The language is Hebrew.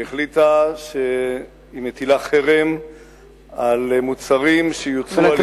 שהיא מטילה חרם על מוצרים שיוצרו על-ידי יהודים,